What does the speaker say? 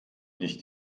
nicht